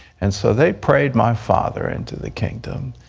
and so they prayed my father into the kingdom,